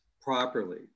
properly